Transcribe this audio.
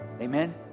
amen